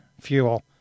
fuel